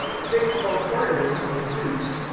they called barnabas zeus,